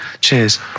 Cheers